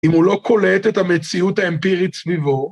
אם הוא לא קולט את המציאות האמפירית סביבו.